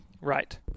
Right